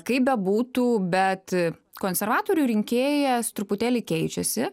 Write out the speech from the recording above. kaip bebūtų bet konservatorių rinkėjas truputėlį keičiasi